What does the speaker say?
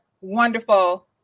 wonderful